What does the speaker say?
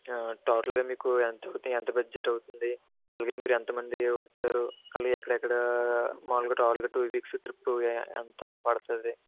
టోటల్గా మీకు ఎంత అవుతుంది ఎంత బడ్జెట్ అవుతుంది అలాగే మీరు ఎంత మంది వచ్చారు మళ్ళీ ఎక్కడెక్కడ మాములుగా టోటల్గా టూ వీక్స్ ట్రిప్ ఎంత పడుతుంది